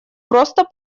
просто